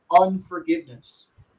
unforgiveness